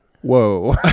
whoa